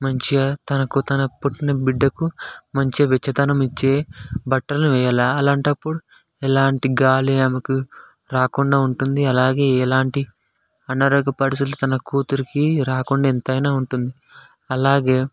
మంచిగా తనకు తనకు పుట్టిన బిడ్డకు మంచిగా వెచ్చదనం ఇచ్చే బట్టలు వేయాలి అలాంటప్పుడు ఎలాంటి గాలి ఆమెకు రాకుండా ఉంటుంది అలాగే ఎలాంటి అనారోగ్య పరిస్థితులు తన కూతురికి రాకుండా ఎంతైనా ఉంటుంది అలాగే